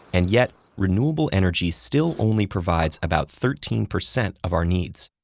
and yet, renewable energy still only provides about thirteen percent of our needs.